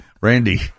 Randy